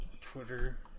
Twitter